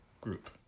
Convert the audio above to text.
group